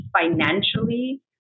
financially